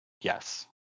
Yes